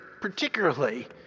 particularly